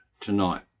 tonight